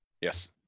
Yes